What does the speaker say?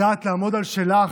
את יודעת לעמוד על שלך,